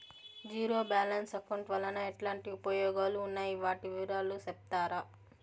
Zero balance account వలన ఎట్లాంటి ఉపయోగాలు ఉన్నాయి? వాటి వివరాలు సెప్తారా?